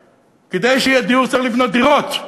כדי שיהיה דיור צריך לבנות דירות.